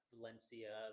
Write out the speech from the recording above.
Valencia